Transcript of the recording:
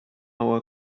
our